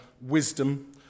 wisdom